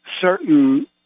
certain